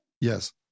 yes